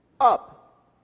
Up